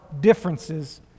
differences